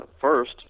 First